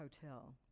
hotel